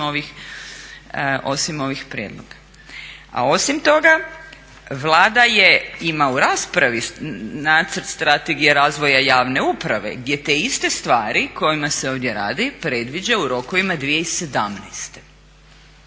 osim ovih prijedloga. A osim toga Vlada ima u raspravi nacrt Strategije razvoja javne uprave gdje te iste stvari o kojima se ovdje radi predviđa u rokovima 2017.